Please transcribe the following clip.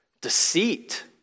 deceit